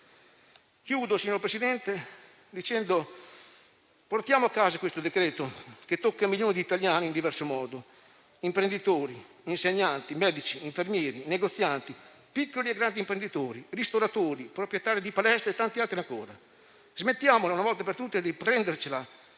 mio intervento dicendo: portiamo a casa questo decreto-legge che tocca milioni di italiani in diversi modo (insegnanti, medici, infermieri, negozianti, piccoli e grandi imprenditori, ristoratori, proprietari di palestra e tanti altri ancora). Smettiamola una volta per tutte di prendercela